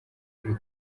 uri